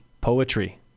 poetry